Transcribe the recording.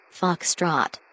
Foxtrot